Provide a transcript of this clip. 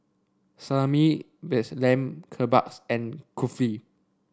Salami vast Lamb Kebabs and Kulfi